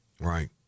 Right